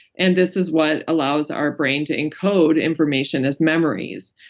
and this is what allows our brain to encode information as memories.